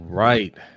right